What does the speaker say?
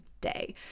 day